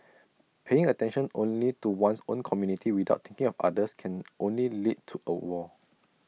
paying attention only to one's own community without thinking of others can only lead to A wall